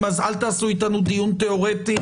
אז אל תעשו איתנו דיון תיאורטי,